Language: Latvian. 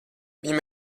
viņam